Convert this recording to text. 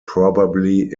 probably